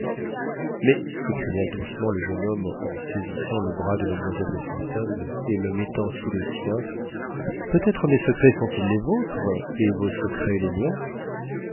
mais s'écria doucement le jeune homme en saisissant le bras de mademoiselle de fontaine et le mettant sous le sien peut-être mes secrets sont-ils les vôtres et vos secrets les miens